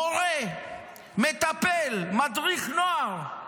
מורה, מטפל, מדריך נוער,